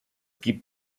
gibt